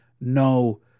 no